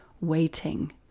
waiting